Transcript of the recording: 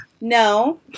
No